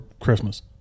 Christmas